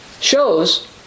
shows